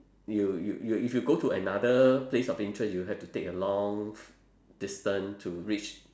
you you you if you go to another place of interest you have to take a long distance to reach